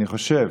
אני חושב